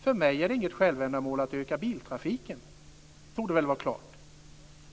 För mig är det inget självändamål att öka biltrafiken. Det torde väl vara klart.